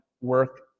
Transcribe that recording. work